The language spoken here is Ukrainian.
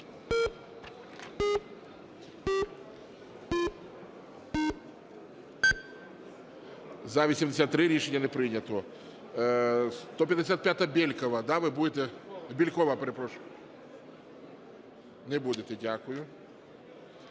За-83 Рішення не прийнято. 155-а, Бєлькова. Ви будете? Бєлькова, перепрошую. Не будете, дякую.